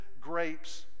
grapes